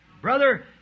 Brother